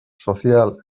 sozial